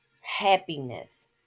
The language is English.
happiness